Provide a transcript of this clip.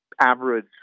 average